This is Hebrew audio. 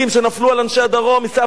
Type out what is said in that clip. עשה הפגנות נגד מדינת ישראל,